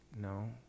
no